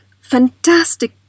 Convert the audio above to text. fantastic